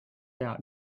out